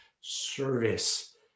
service